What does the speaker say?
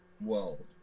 world